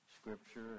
scripture